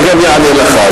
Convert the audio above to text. ואני גם אענה לך,